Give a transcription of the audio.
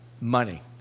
money